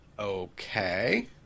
Okay